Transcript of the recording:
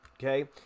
okay